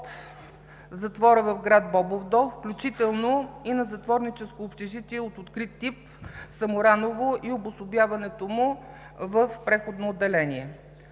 от затвора в град Бобов дол, включително и на Затворническото общежитие от открит тип „Самураново“ и обособяването му в преходно отделение;